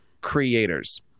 creators